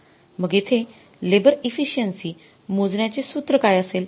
मग येथे labour efficiency मोजण्याचे सूत्र काय असेल